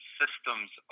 systems